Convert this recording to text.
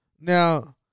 Now